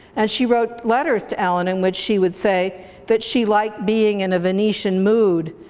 and she wrote letters to ellen in which she would say that she liked being in a venetian mood,